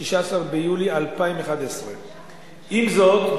16 ביולי 2011. עם זאת,